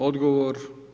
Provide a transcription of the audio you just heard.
Odgovor?